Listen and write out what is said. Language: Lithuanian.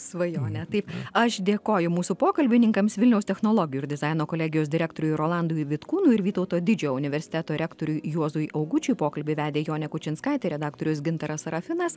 svajonė taip aš dėkoju mūsų pokalbininkams vilniaus technologijų ir dizaino kolegijos direktoriui rolandui vitkūnui ir vytauto didžiojo universiteto rektoriui juozui augučiui pokalbį vedė jonė kučinskaitė redaktorius gintaras serafinas